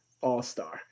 all-star